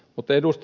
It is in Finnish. mutta ed